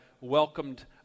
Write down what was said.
welcomed